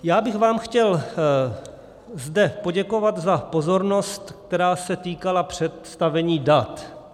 Já bych vám zde chtěl poděkovat za pozornost, která se týkala představení dat.